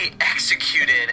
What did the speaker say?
executed